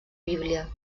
bíblia